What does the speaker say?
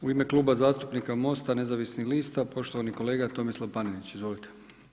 U ime Kluba zastupnika MOST-a nezavisnih lista poštovani kolega Tomislav Panenić, izvolite.